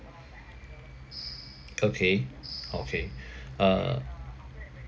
okay okay uh